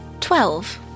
Twelve